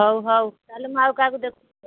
ହେଉ ହେଉ ତାହାଲେ ମୁଁ ଆଉ କାହାକୁ ଦେଖୁଛି